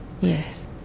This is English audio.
Yes